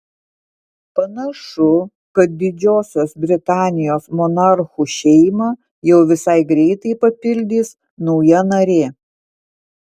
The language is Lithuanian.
panašu kad didžiosios britanijos monarchų šeimą jau visai greitai papildys nauja narė